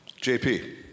JP